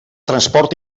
transport